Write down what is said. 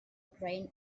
grain